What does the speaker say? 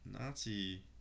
Nazi